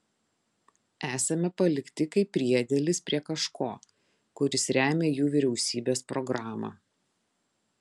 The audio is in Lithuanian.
esame palikti kaip priedėlis prie kažko kuris remią jų vyriausybės programą